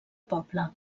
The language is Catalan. poble